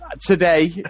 today